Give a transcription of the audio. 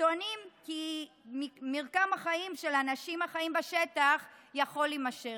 טוענים כי מרקם החיים של האנשים החיים בשטח יכול להימשך.